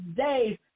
days